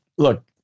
Look